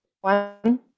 One